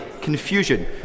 confusion